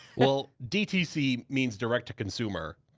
well, dtc means direct to consumer,